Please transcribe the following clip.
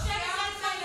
אני יושבת ליד חרדי.